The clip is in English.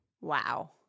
Wow